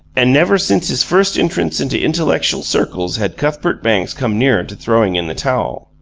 and never since his first entrance into intellectual circles had cuthbert banks come nearer to throwing in the towel.